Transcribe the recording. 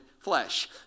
Flesh